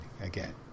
again